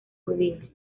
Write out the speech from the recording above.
judíos